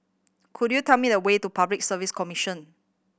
could you tell me the way to Public Service Commission